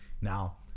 Now